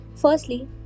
Firstly